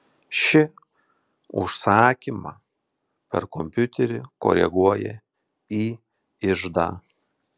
ši užsakymą per kompiuterį koreguoja į iždą